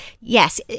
yes